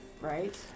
right